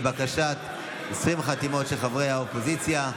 לבקשת 20 חתימות של חברי האופוזיציה.